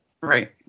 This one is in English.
Right